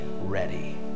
ready